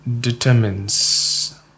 determines